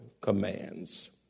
commands